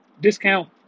discount